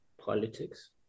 politics